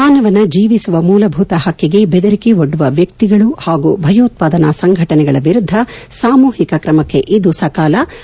ಮಾನವನ ಜೀವಿಸುವ ಮೂಲಭೂತ ಹಕ್ಕಿಗೆ ಬೆದರಿಕೆ ಒಡ್ಲುವ ವ್ಯಕ್ತಿಗಳು ಹಾಗೂ ಭಯೋತ್ಸಾದನಾ ಸಂಘಟನೆಗಳ ವಿರುದ್ಧ ಸಾಮೂಹಿಕ ಕ್ರಮಕ್ಕೆ ಇದು ಸಕಾಲ ಭಾರತ ಪ್ರತಿಪಾದನೆ